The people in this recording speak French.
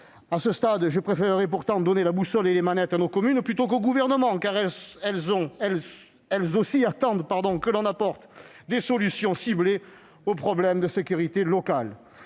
À ce stade, je préférerais pourtant donner la boussole et les manettes à nos communes plutôt qu'au Gouvernement, car elles aussi attendent que l'on apporte des solutions ciblées aux problèmes de sécurités locales.